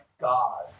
God